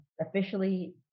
officially